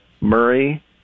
Murray